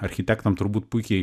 architektam turbūt puikiai